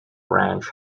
ranch